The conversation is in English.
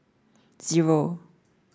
zero